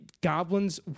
Goblins